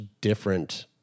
different